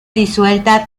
disuelta